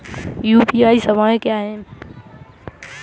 UPI सवायें क्या हैं?